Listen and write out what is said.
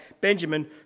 Benjamin